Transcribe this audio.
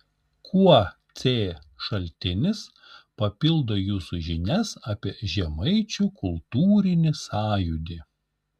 kuo c šaltinis papildo jūsų žinias apie žemaičių kultūrinį sąjūdį